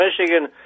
Michigan